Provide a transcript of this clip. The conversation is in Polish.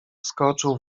wskoczył